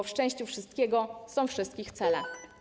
W szczęściu wszystkiego są wszystkich cele”